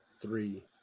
Three